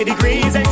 Degrees